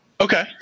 Okay